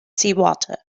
seawater